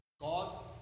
god